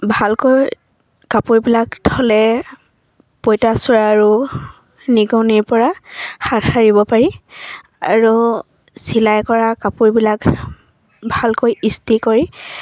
ভালকৈ কাপোৰবিলাক থলে পঁইতাচোৰা আৰু নিগনিৰ পৰা হাত সাৰিব পাৰি আৰু চিলাই কৰা কাপোৰবিলাক ভালকৈ ইস্ত্ৰি কৰি